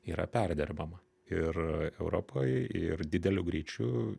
yra perdirbama ir europoj ir dideliu greičiu